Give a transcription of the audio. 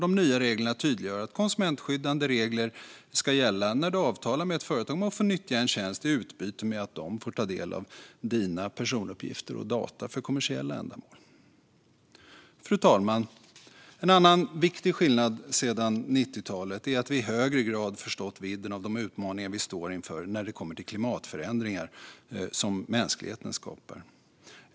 De nya reglerna tydliggör att konsumentskyddande regler ska gälla när du avtalar med ett företag om att få nyttja en tjänst i utbyte mot att de får ta del av dina personuppgifter och data för kommersiella ändamål. Fru talman! En annan viktig skillnad sedan 90-talet är att vi i högre grad har förstått vidden av de utmaningar vi står inför när det kommer till klimatförändringar som mänskligheten skapar.